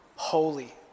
holy